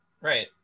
Right